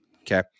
Okay